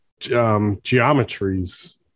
geometries